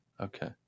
Okay